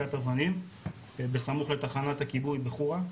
בזריקת אבנים בסמוך לתחנת הכיבוי בחורא,